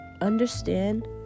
Understand